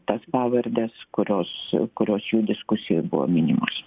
tas pavardes kurios kurios jų diskusijoj buvo minimos